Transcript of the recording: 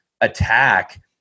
attack –